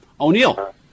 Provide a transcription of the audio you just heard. O'Neill